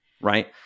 right